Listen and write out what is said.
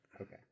Okay